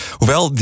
Hoewel